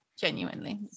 Genuinely